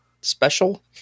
special